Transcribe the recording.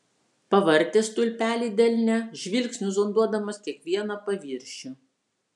pavartė stulpelį delne žvilgsniu zonduodamas kiekvieną paviršių